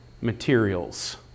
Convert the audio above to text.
materials